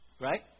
Right